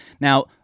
Now